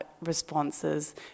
responses